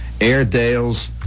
airedales